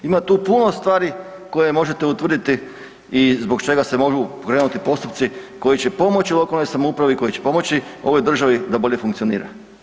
Ima tu puno stvari koje možete utvrditi i zbog čega se mogu pokrenuti postupci koji će pomoći lokalnoj samoupravi, koji će pomoći ovoj državi da bolje funkcionira.